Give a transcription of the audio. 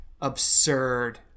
absurd